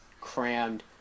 crammed